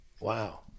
Wow